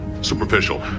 Superficial